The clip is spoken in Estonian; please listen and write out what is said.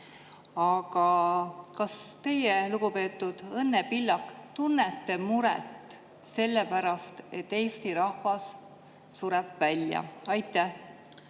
Aga kas teie, lugupeetud Õnne Pillak, tunnete muret selle pärast, et Eesti rahvas sureb välja? Aitäh,